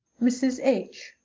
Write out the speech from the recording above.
mrs. h.